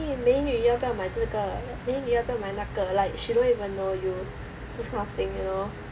eh 美女要不要买这个要不要买那个 like she don't even know you this kind of thing you know